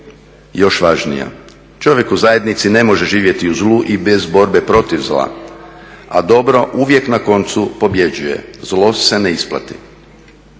još važnija. Čovjek u zajednici ne može živjeti u zlu i bez borbe protiv zla, a dobro uvijek na koncu pobjeđuje, zlo se ne isplati.